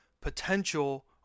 potential